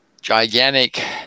gigantic